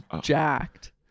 jacked